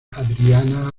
adriana